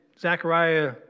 Zechariah